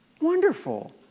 Wonderful